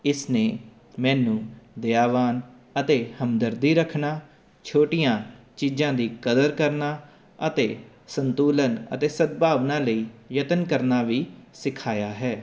ਇਸਨੇ ਮੈਨੂੰ ਦਿਆਵਾਨ ਅਤੇ ਹਮਦਰਦੀ ਰੱਖਣਾ ਛੋਟੀਆਂ ਚੀਜ਼ਾਂ ਦੀ ਕਦਰ ਕਰਨਾ ਅਤੇ ਸੰਤੁਲਨ ਅਤੇ ਸਦਭਾਵਨਾ ਲਈ ਯਤਨ ਕਰਨਾ ਵੀ ਸਿਖਾਇਆ ਹੈ